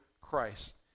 Christ